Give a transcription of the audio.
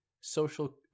social